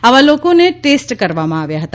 આવા લોકોને ટેસ્ટ કરવામાં આવ્યા હતા